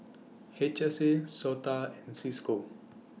H S A Sota and CISCO